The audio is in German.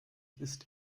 ist